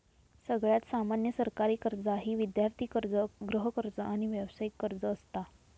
सगळ्यात सामान्य सरकारी कर्जा ही विद्यार्थी कर्ज, गृहकर्ज, आणि व्यावसायिक कर्ज असता